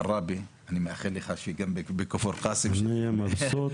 עראבה אני מאחל לך שגם בכפר קאסם --- אני מבסוט